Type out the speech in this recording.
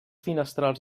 finestrals